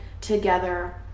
together